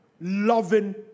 loving